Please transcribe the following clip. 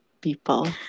people